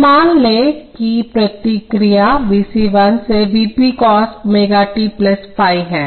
तो मान लें कि प्रतिक्रिया V c 1 से V p cos ω t ϕ है